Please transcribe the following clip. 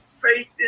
faith